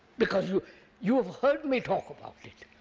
because you you have heard me talk about it,